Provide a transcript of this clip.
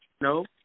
No